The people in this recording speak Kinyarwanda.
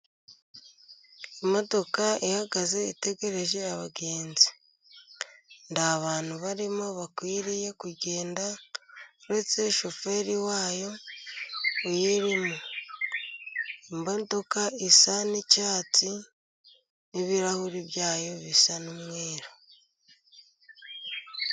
Imodoka ihagaze itegereje abagenzi, nta bantu barimo bakwiriye kugenda uretse shoferi wayo uyirimo, imodoka isa n'icyatsi n'ibirahuri byayo bisa n'umweru.